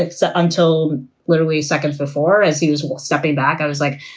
like so until literally seconds before, as he was was stepping back, i was like,